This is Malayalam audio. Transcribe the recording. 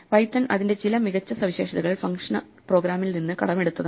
പൈത്തൺ അതിന്റെ ചില മികച്ച സവിശേഷതകൾ ഫംഗ്ഷണൽ പ്രോഗ്രാമിംഗ് നിന്ന് കടമെടുത്തതാണ്